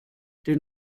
den